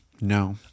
No